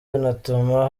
binatuma